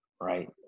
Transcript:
right